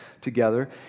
together